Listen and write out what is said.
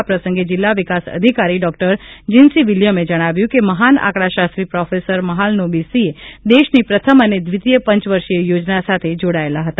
આ પ્રસંગે જિલ્લા વિકાસ અધિકારી ડોક્ટર જીન્સી વીલીયમે જણાવ્યું કે મહાન આંકડાશાસ્ત્રી પ્રોફેસર મહાલનોબિસે દેશની પ્રથમ અને દ્વિતીય પંચવર્ષીય યોજના સાથે જોડાયેલા હતા